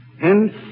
hence